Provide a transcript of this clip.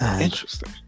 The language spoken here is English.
Interesting